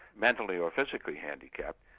mentally or physically handicapped,